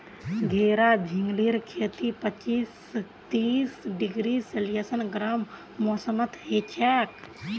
घेरा झिंगलीर खेती पच्चीस स तीस डिग्री सेल्सियस गर्म मौसमत हछेक